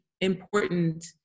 important